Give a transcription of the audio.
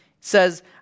says